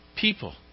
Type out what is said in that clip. people